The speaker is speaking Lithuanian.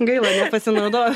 gaila nepasinaudojau